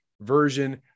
version